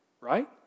right